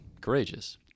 courageous